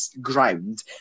ground